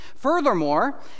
Furthermore